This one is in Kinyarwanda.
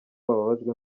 bababajwe